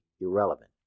irrelevant